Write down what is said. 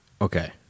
Okay